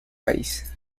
país